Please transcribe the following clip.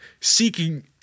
seeking